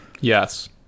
Yes